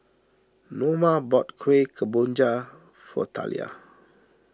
Noma bought Kuih Kemboja for Talia